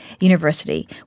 University